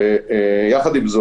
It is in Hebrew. חשבנו